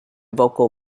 vocal